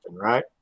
right